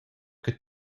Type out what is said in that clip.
che